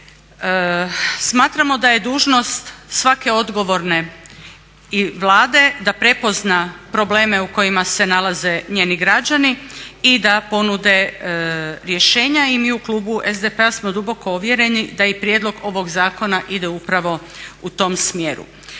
Smatramo da je dužnost svake odgovorne i Vlade da prepozna probleme u kojima se nalaze njeni građani i da ponude rješenja. I mi u klubu SDP-a smo duboko uvjereni da i prijedlog ovog zakona ide upravo u tom smjeru.